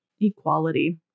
Equality